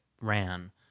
ran